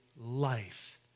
life